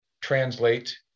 translate